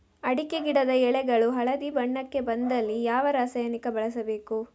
ಅಡಿಕೆ ಗಿಡದ ಎಳೆಗಳು ಹಳದಿ ಬಣ್ಣಕ್ಕೆ ಬಂದಲ್ಲಿ ಯಾವ ರಾಸಾಯನಿಕ ಬಳಸಬೇಕು?